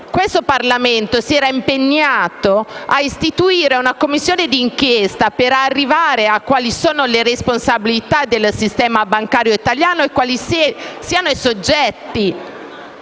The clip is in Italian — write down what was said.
questo Parlamento si era impegnato a istituire una Commissione d'inchiesta per arrivare a individuare le responsabilità del sistema bancario italiano e quali siano i soggetti